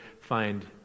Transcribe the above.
find